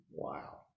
Wow